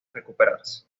recuperarse